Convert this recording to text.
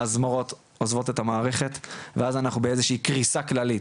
אז מורות עוזבות את המערכת ואז אנחנו באיזושהי קריסה כללית